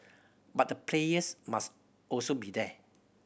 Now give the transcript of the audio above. but the players must also be there